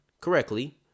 correctly